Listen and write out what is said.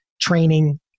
training